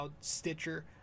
Stitcher